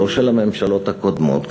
לא של הממשלות הקודמות,